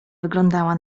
wyglądała